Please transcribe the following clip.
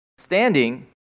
standing